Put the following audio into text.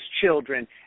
children